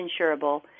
insurable